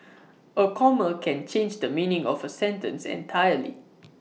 A comma can change the meaning of A sentence entirely